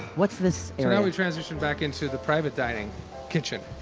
what's this area? we've transitioned back into the private dining kitchen.